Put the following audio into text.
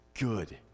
good